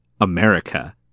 America